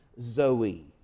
zoe